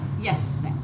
Yes